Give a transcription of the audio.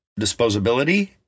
disposability